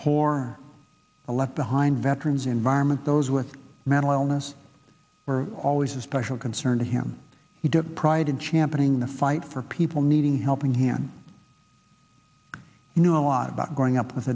the left behind veterans environment those with mental illness were always a special concern to him he took pride in championing the fight for people needing helping hand you know a lot about growing up with